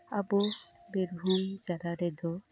ᱟᱵᱚ ᱵᱤᱨᱵᱷᱩᱢ ᱡᱮᱞᱟ ᱨᱮᱫᱚ